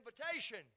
invitation